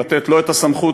לתת לו את הסמכות,